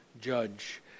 judge